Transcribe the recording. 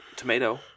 Tomato